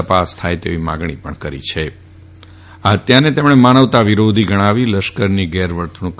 તપાસ થાય તેવી માંગણી પણ કરી છેઆ હત્યાને તેમણે માનવતા વિરોધી ગણાવી લશ્કરની ગેરવર્તણૂક